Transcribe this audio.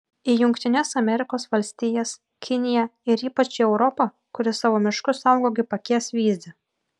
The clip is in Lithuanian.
į jungtines amerikos valstijas kiniją ir ypač į europą kuri savo miškus saugo kaip akies vyzdį